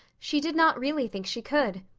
she did not really think she could.